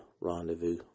rendezvous